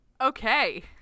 Okay